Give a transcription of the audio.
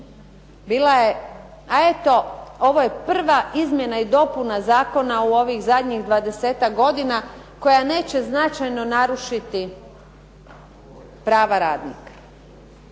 bila je ovo prva izmjena i dopuna zakona u ovih zadnjih dvadesetak godina koja neće značajno narušiti prava radnika".